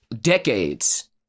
decades